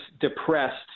depressed